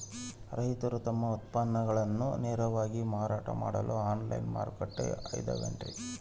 ರೈತರು ತಮ್ಮ ಉತ್ಪನ್ನಗಳನ್ನ ನೇರವಾಗಿ ಮಾರಾಟ ಮಾಡಲು ಆನ್ಲೈನ್ ಮಾರುಕಟ್ಟೆ ಅದವೇನ್ರಿ?